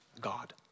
God